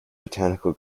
botanical